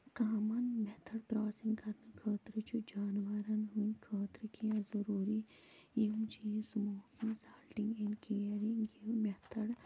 common method processing کَرنہٕ خٲطرٕ چھُ جانوَرن ہُنٛد خٲطرٕ کیٚنٛہہ ضروٗری یِم چیٖز یُس کیرینٛگ یہِ مٮ۪تھڑ